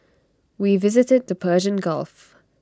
we visited the Persian gulf